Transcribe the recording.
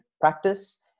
practice